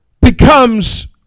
becomes